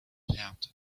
had